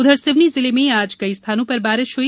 उधर सिवनी जिले में आज कई स्थानों पर बारिश हुई